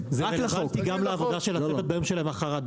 זה רלוונטי גם לעבודה של הצוות ביום שלמחרת,